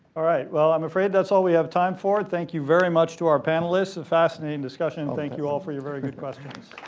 all right. well, im um afraid thats all we have time for. thank you very much to our panelists. a fascinating discussion. thank you all for your very good questions.